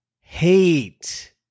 hate